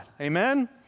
Amen